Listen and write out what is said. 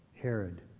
Herod